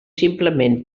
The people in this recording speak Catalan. simplement